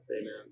Amen